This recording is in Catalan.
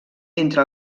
entre